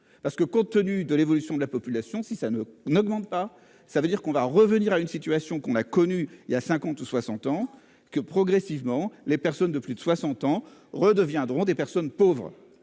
parce que compte tenu de l'évolution de la population. Si ça ne n'augmentent pas. Ça veut dire qu'on va revenir à une situation qu'on a connu il y a 50 ou 60 ans que progressivement les personnes de plus de 60 ans redeviendront des personnes pauvres